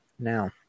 Now